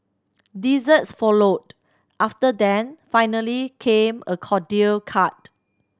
desserts followed after then finally came a cordial cart